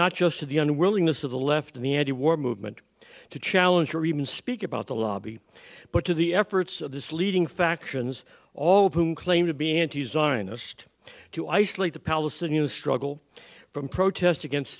not just to the unwillingness of the left in the antiwar movement to challenge or even speak about the lobby but to the efforts of this leading factions all of whom claim to be anti zionist to isolate the palestinian struggle from protest against